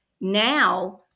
Now